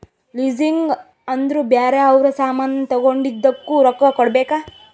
leasing ಅಂದುರ್ ಬ್ಯಾರೆ ಅವ್ರ ಸಾಮಾನ್ ತಗೊಂಡಿದ್ದುಕ್ ರೊಕ್ಕಾ ಕೊಡ್ಬೇಕ್